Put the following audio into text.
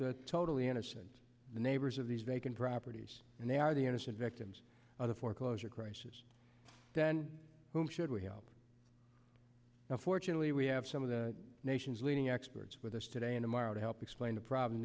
the totally innocent neighbors of these vacant properties and they are the innocent victims of the foreclosure crisis then whom should we help now fortunately we have some of the nation's leading experts with us today in tomorrow to help explain the problem